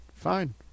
fine